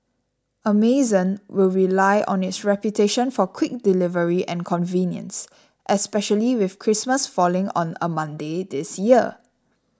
Amazon will rely on its reputation for quick delivery and convenience especially with Christmas falling on a Monday this year